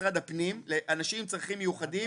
משרד הפנים הקצה לאנשים עם צרכים מיוחדים